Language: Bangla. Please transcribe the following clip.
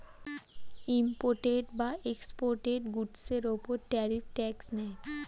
ইম্পোর্টেড বা এক্সপোর্টেড গুডসের উপর ট্যারিফ ট্যাক্স নেয়